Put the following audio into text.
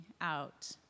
out